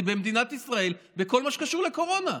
במדינת ישראל בכל מה שקשור לקורונה.